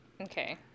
Okay